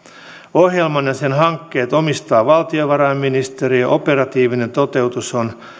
ohjelman ja sen hankkeet omistaa valtiovarainministeriö operatiivinen toteutus on